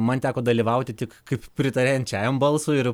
man teko dalyvauti tik kaip pritariančiajam balsui ir